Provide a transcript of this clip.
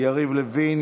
יריב לוין,